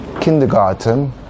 kindergarten